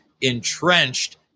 entrenched